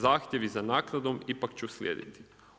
Zahtjevi za naknadom ipak će uslijediti.